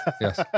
Yes